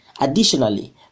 Additionally